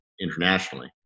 internationally